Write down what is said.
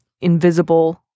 invisible—